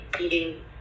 eating